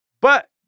But-